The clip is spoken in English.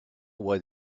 what